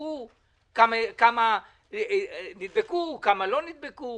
בדקו כמה נדבקו וכמה לא נדבקו?